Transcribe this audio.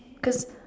cause